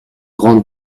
grande